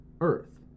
Earth